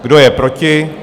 Kdo je proti?